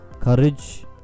courage